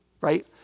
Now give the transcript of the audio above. right